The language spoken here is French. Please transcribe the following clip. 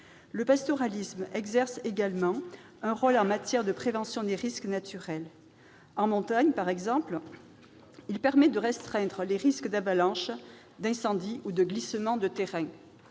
Le pastoralisme exerce également un rôle en matière de prévention des risques naturels. En montagne, il permet de restreindre les risques d'avalanche, d'incendie ou de glissement de terrain.